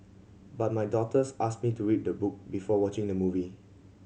but my daughters asked me to read the book before watching the movie